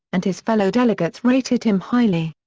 and his fellow delegates rated him highly.